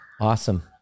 Awesome